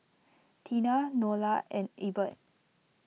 Teena Nola and Ebert